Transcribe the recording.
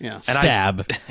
stab